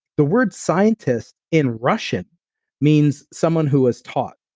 the word scientist in russian means someone who is taught.